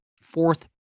Fourth